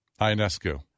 Ionescu